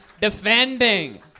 defending